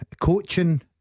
Coaching